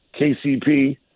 KCP